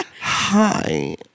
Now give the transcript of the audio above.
hi